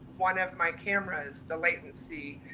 one of my cameras, the latency,